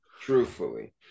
truthfully